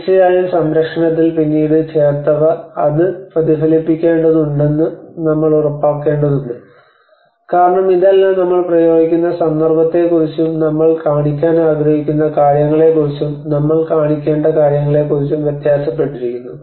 തീർച്ചയായും സംരക്ഷണത്തിൽ പിന്നീട് ചേർത്തവയെ അത് പ്രതിഫലിപ്പിക്കേണ്ടതുണ്ടെന്ന് നമ്മൾ ഉറപ്പാക്കേണ്ടതുണ്ട് കാരണം ഇതെല്ലാം നമ്മൾ പ്രയോഗിക്കുന്ന സന്ദർഭത്തെക്കുറിച്ചും നമ്മൾ കാണിക്കാൻ ആഗ്രഹിക്കുന്ന കാര്യങ്ങളെക്കുറിച്ചും നമ്മൾ കാണിക്കേണ്ട കാര്യങ്ങളെക്കുറിച്ചും വ്യത്യാസപ്പെട്ടിരിക്കുന്നു